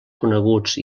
coneguts